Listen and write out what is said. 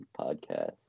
podcast